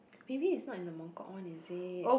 maybe it's not in the Mongkok one is it